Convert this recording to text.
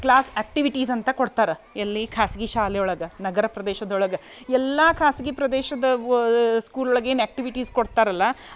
class activities ಅಂತ ಕೊಡ್ತಾರ ಎಲ್ಲಿ ಖಾಸಗಿ ಶಾಲೆಯೊಳಗೆ ನಗರ ಪ್ರದೇಶದೊಳಗೆ ಎಲ್ಲ ಖಾಸಗಿ ಪ್ರದೇಶದ ಸ್ಕೂಲೊಳಗೆ ಏನು ಆ್ಯಕ್ಟಿವಿಟೀಸ್ ಕೊಡ್ತಾರಲ್ಲ